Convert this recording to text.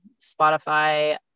Spotify